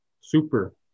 super